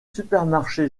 supermarché